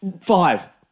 five